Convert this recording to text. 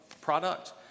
product